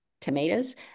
tomatoes